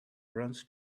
runs